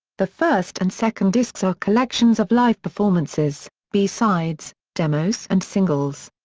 the first and second discs are collections of live performances, b-sides, demos and singles.